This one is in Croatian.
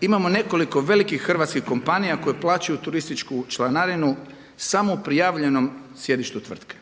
Imamo nekoliko velikih hrvatskih kompanija koje plaćaju turističku članarinu samo u prijavljenom sjedištu tvrtke